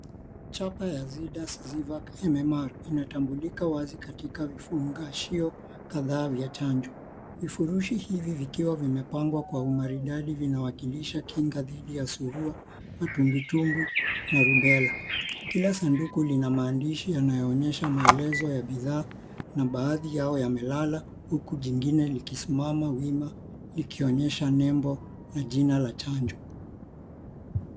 Chapa ya zyvac' MMR inatambulika wazi katika vifungashio kadhaa vya chanjo. Vifurushi hivi vikiwa vimepangwa kwa umaridadi vinawakilisha kinga dhidi ya surua, matumbwitumbwi na rubella . Kila sanduku lina maandishi yanayoonyesha maelezo ya bidhaa na baadhi yao yamelala huku jingine likisimama wima likionyesha nembo na jina la chanjo.